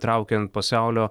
traukiant pasaulio